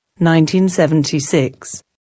1976